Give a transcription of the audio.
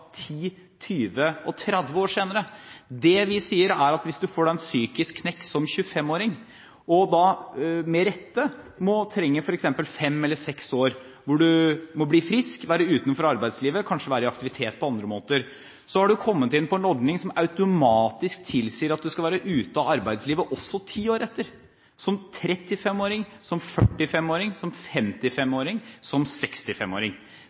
år senere? Det vi sier, er at hvis du får deg en psykisk knekk som 25-åring, og da med rette må trenge f.eks. fem eller seks år på å bli frisk og være utenfor arbeidslivet, kanskje være i aktivitet på andre måter, har du kommet inn på en ordning som automatisk tilsier at du skal være ute av arbeidslivet også ti år etter – som 35-åring, som 45-åring, som 55-åring, som